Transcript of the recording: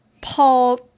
Paul